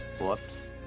Whoops